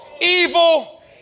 evil